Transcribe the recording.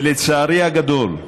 לצערי הגדול,